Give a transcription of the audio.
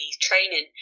training